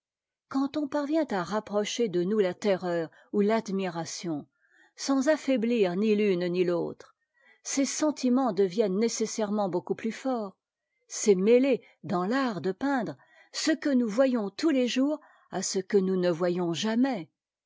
quand on parvient à rapprocher de nous ta terreur ou l'admiration sans affaib ir ni l'une ni l'autre ces sentiments deviennent nécessairement beaucoup plus fortsj c'est mêter dans l'art de peindre ce que nous voyons tous tes jours à ce que nous ne voyons jamais